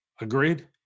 Agreed